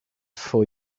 for